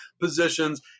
positions